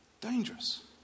Dangerous